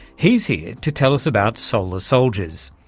he's here to tell us about solar soldiers,